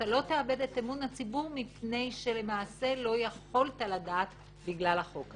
אתה לא תאבד את אמון הציבור מפני שלמעשה לא יכולת לדעת בגלל החוק הזה.